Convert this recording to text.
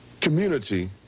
community